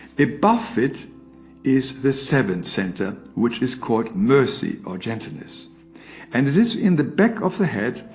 above it is the seventh center which is called mercy or gentleness and it is in the back of the head,